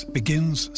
begins